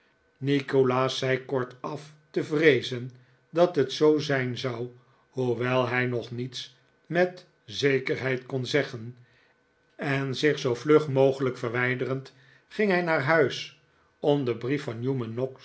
nikolaas zei kortaf te vreezen dat het zoo zijn zou hoewel hij nog niets met zekerheid kon zeggen en zich zoo vlug mogelijk verwijderend ging hij naar huis om den brief van newman